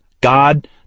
God